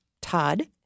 Todd